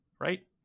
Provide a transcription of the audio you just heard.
Right